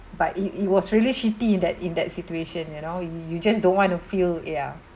but it it was really shitty in that in that situation you know you just don't want to feel ya